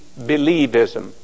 believism